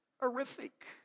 Horrific